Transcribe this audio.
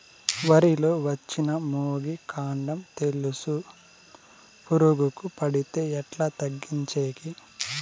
వరి లో వచ్చిన మొగి, కాండం తెలుసు పురుగుకు పడితే ఎట్లా తగ్గించేకి?